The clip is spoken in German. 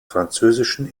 französischen